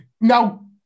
Now